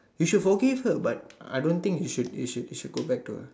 you should forgive her but I don't think you should you should go back to her